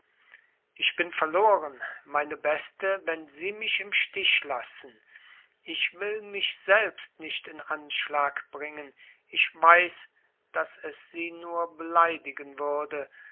ich bin verloren meine beste wenn sie mich im stich lassen ich will mich selbst nicht in anschlag bringen ich weiß daß es sie nur beleidigen würde